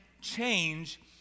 change